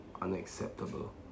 unacceptable